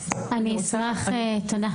(אומרת דברים בשפת הסימנים, להלן תרגומם: תודה.